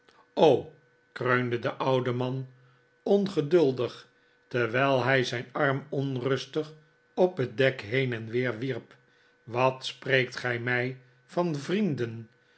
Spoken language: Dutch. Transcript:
oi kreunde de oude man ongeduldig terwijl hij zijn arm bnrustig op het dek heen en weer wierp wat spreekt gij mij van vrienden